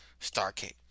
Starcade